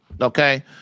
Okay